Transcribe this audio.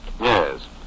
Yes